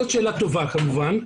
זאת שאלה טובה כמובן.